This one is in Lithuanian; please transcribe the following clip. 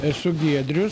esu giedrius